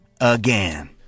again